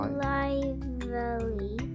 lively